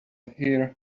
here